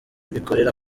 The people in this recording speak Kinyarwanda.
bikorera